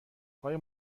آیا